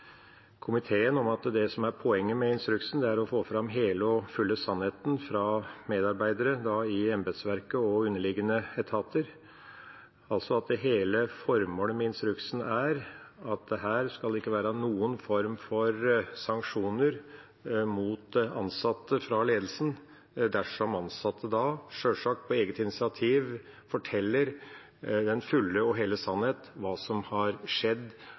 komiteen i at det som er poenget med instruksen, er å få fram den hele og fulle sannheten fra medarbeidere i embetsverket og underliggende etater, og at hele formålet med instruksen er at her skal det ikke være noen form for sanksjoner mot ansatte fra ledelsen dersom ansatte, sjølsagt på eget initiativ, forteller den fulle og hele sannhet om hva som har skjedd